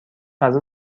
غذا